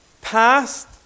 past